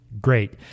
Great